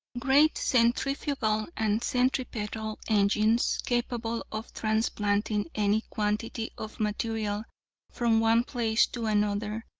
great centrifugal and centripetal engines, capable of transplanting any quantity of material from one place to another,